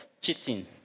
cheating